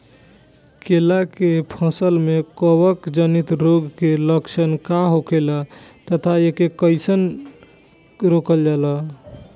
केला के फसल में कवक जनित रोग के लक्षण का होखेला तथा एके कइसे रोकल जाला?